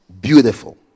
beautiful